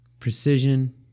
Precision